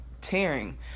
tearing